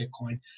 Bitcoin